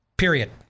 Period